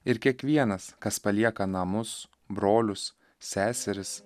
ir kiekvienas kas palieka namus brolius seseris